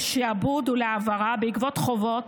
לשעבוד או להעברה בעקבות חובות,